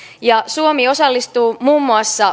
suomi osallistuu muun muassa